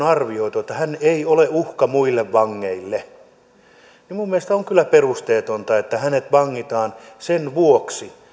arvioitu että hän ei ole uhka muille vangeille on kyllä perusteetonta se että hänet sidotaan sen vuoksi